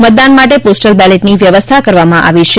મતદાન માટે પોસ્ટલ બેલેટની વ્યવસ્થા કરવામાં આવી છે